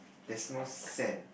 there's no sand